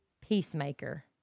Peacemaker